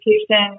education